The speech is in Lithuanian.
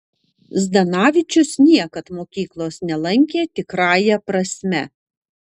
zdanavičius niekad mokyklos nelankė tikrąja prasme